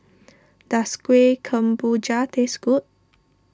does Kueh Kemboja taste good